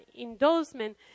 endorsement